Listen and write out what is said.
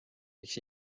miks